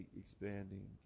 Expanding